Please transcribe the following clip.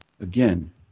again